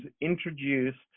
introduced